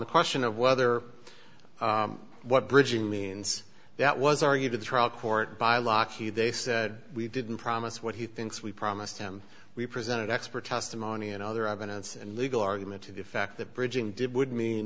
the question of whether what bridging means that was argued at the trial court by lockheed they said we didn't promise what he thinks we promised him we presented expert testimony and other evidence and legal argument to the effect that bridging did would mean